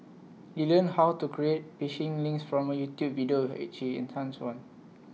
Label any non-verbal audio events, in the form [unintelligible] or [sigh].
he learned how to create phishing links from A YouTube video which he [unintelligible] one